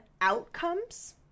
outcomes